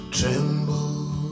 Tremble